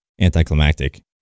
anticlimactic